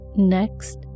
Next